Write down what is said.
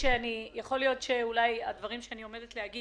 יכול להיות שהדברים שאני עומדת להגיד